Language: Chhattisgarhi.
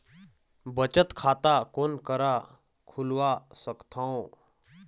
बचत खाता कोन करा खुलवा सकथौं?